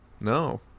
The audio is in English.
no